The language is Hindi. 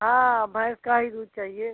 हाँ भैंस का ही दूध चाहिए